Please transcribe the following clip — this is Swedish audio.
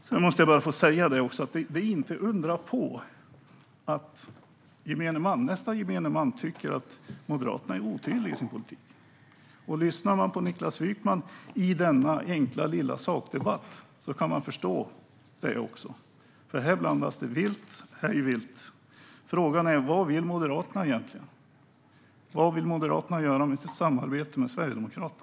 Sedan måste jag bara få säga: Inte undra på att gemene man tycker att Moderaterna är otydliga i sin politik. Om man lyssnar på Niklas Wykman i denna enkla lilla sakdebatt kan man förstå det, för här blandas det hej vilt. Frågan är: Vad vill Moderaterna egentligen? Vad vill de med sitt samarbete med Sverigedemokraterna?